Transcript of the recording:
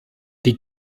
die